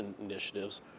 initiatives